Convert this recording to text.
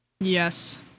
Yes